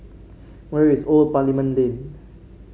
where is Old Parliament Lane